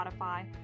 Spotify